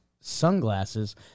sunglasses